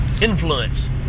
influence